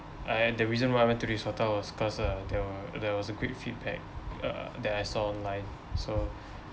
uh and the reason why I went to this hotel was cause uh there were there was a great feedback uh that I saw online so